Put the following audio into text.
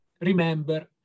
Remember